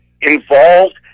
involved